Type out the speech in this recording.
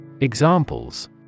Examples